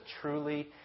truly